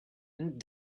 and